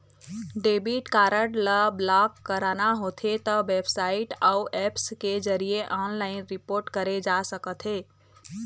debit card ल block कराना होथे त बेबसाइट अउ ऐप्स के जरिए ऑनलाइन रिपोर्ट करे जा सकथे